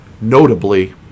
notably